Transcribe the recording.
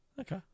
Okay